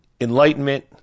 enlightenment